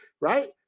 Right